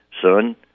Son